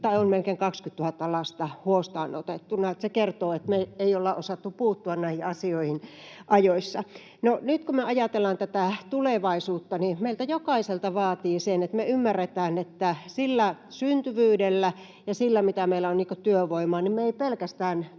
on melkein 20 000 lasta huostaan otettuina. Se kertoo, että me ei olla osattu puuttua näihin asioihin ajoissa. No nyt kun me ajatellaan tätä tulevaisuutta, niin meiltä jokaiselta vaatii sen, että me ymmärretään, että pelkästään sillä syntyvyydellä ja sillä, mitä meillä on työvoimaa, me ei pystytä